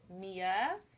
Mia